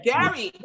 Gary